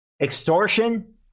Extortion